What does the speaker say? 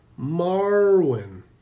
Marwin